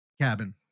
Cabin